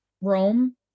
Rome